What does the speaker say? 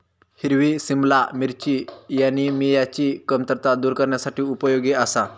हिरवी सिमला मिरची ऍनिमियाची कमतरता दूर करण्यासाठी उपयोगी आसा